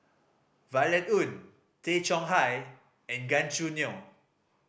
Violet Oon Tay Chong Hai and Gan Choo Neo